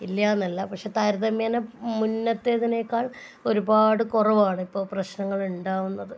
ഇല്ലാന്നല്ല പക്ഷേ താരതമ്യേന മുന്നത്തേതിനേക്കാൾ ഒരുപാട് കുറവാണ് ഇപ്പോൾ പ്രശ്നങ്ങളുണ്ടാവുന്നത്